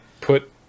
put